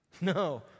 No